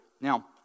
Now